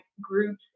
groups